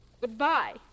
Goodbye